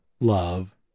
love